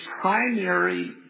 primary